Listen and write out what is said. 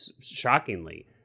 Shockingly